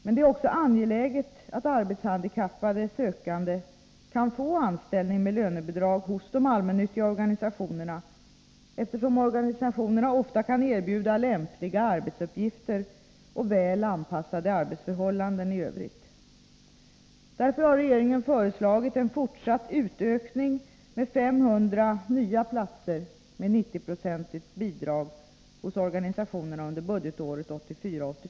Men det är också angeläget att arbetshandikappade sökande kan få anställning med lönebidrag hos de allmännyttiga organisationerna, eftersom organisationerna ofta kan erbjuda lämpliga arbetsuppgifter och väl anpassade arbetsförhållanden i övrigt. Därför har regeringen föreslagit en fortsatt utökning med 500 nya platser med 90 96 bidrag hos organisationerna under budgetåret 1984/85.